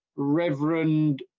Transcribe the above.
Reverend